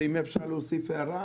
ואם אפשר להוסיף הערה,